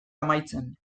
amaitzen